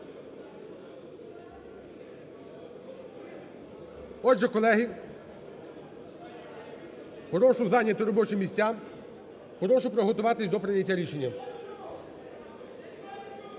Отже, колеги, прошу зайняти робочі місця, прошу приготуватися до прийняття рішення.